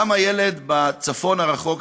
למה ילד בצפון הרחוק,